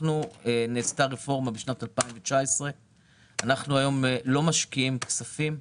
נעשתה רפורמה בשנת 2019. היום אנחנו לא משקיעים כספים,